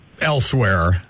elsewhere